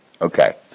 Okay